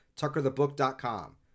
tuckerthebook.com